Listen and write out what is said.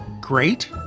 great